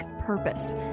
purpose